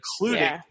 including